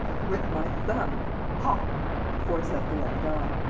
with my thumb hop, i force out the left eye!